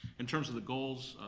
in terms of the goals,